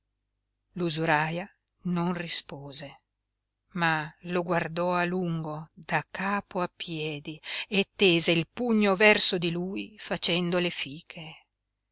l'usuraia non rispose ma lo guardò a lungo da capo a piedi e tese il pugno verso di lui facendo le fiche